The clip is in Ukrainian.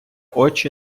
очі